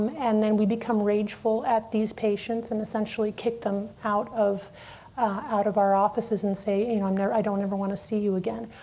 and then we become rageful at these patients and essentially kick them out of out of our offices and say, and um i don't ever want to see you again.